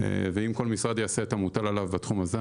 ואם כל משרד יעשה את המוטל עליו בתחום הזה,